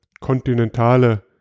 kontinentale